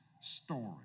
story